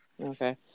okay